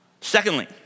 Secondly